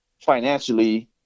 financially